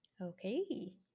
Okay